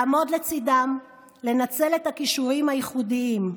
לעמוד לצידם, לנצל את הכישורים הייחודיים,